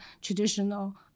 traditional